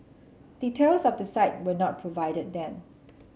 details of the site were not provided then